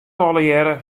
allegearre